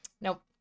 Nope